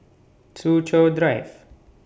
Soo Chow Drive